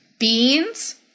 Beans